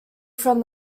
from